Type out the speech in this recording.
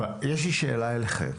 יש לי שאלה אליכם: